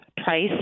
Price